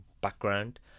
background